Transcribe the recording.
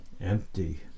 Empty